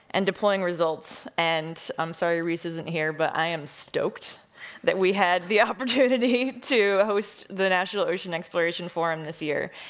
and deploying results, and i'm sorry, rhys isn't here, but i am stoked that we had the opportunity to host the national ocean exploration forum this year,